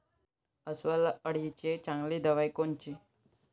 अस्वल अळीले चांगली दवाई कोनची?